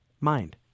mind